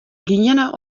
giene